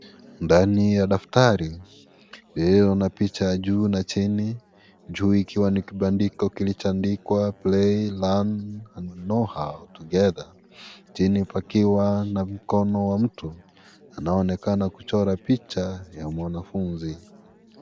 Ndani ya daftari, lililo na picha ya juu na chini. Juu ikiwa ni kibandiko kilichoandikwa play, learn and know how together . Chini pakiwa na mkono wa mtu, anaonekana kuchora picha ya mwanafunzi.